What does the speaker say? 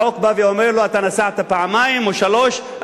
החוק בא ואומר לו: אתה נסעת פעמיים או שלוש פעמים,